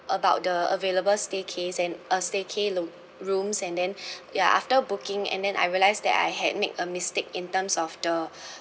about the available staycays and uh staycay loc~ rooms and then ya after booking and then I realised that I had made a mistake in terms of the